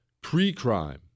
pre-crime